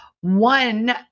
one